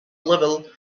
level